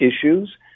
issues